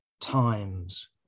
times